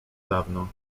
dawno